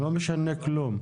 אני לא משנה כלום.